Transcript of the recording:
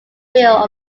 wheel